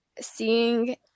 seeing